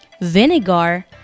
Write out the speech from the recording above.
vinegar